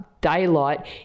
daylight